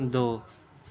ਦੋ